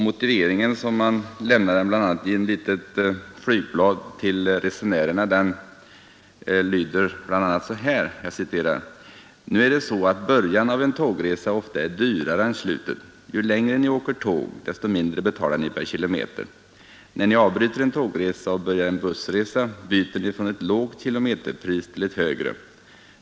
Motiveringen, som man lämnade bl.a. i ett litet flygblad till resenärerna, lyder: ”Nu är det så, att början av en tågresa ofta är dyrare än slutet. Ju längre Ni åker tåg, desto mindre betalar Ni per kilometer. När Ni avbryter en tågresa och börjar en bussresa, byter Ni från ett lågt kilometerpris till ett högre.